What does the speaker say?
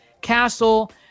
castle